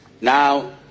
Now